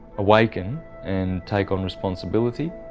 awaken and take on responsibility,